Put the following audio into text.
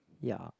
ya